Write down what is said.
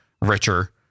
richer